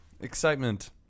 Excitement